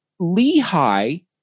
Lehi